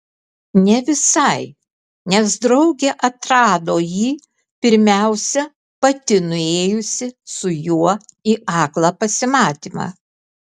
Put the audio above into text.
ne visai nes draugė atrado jį pirmiausia pati nuėjusi su juo į aklą pasimatymą